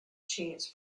chances